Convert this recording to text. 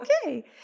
okay